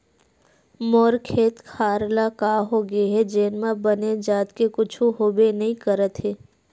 मोर खेत खार ल का होगे हे जेन म बने जात के कुछु होबे नइ करत हे